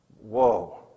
whoa